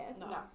No